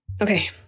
Okay